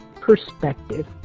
perspective